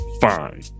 fine